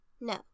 no